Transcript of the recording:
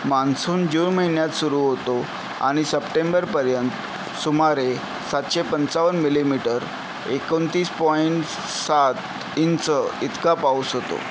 monsoon June महिन्यात सुरू होतो आणि सप्टेंबरपर्यंत सुमारे सातशे पंचावन्न मिलीमीटर एकोणतीस पॉईंट स्स सात इंच इतका पाऊस होतो